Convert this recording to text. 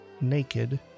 naked